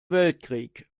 weltkrieg